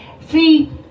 See